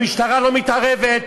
המשטרה לא מתערבת.